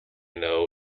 know